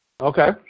Okay